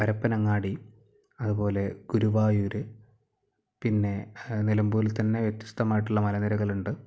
പരപ്പനങ്ങാടി അതുപോലെ ഗുരുവായൂര് പിന്നെ നിലമ്പൂരിൽ തന്നെ വ്യത്യസ്തമായിട്ടുള്ള മലനിരകള് ഉണ്ട്